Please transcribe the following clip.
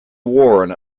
warren